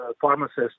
pharmacist